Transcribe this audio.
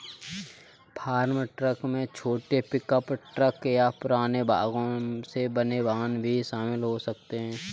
farm truck में छोटे pickup truck या पुराने भागों से बने वाहन भी शामिल हो सकते हैं